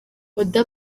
oda